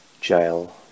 Jail